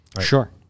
Sure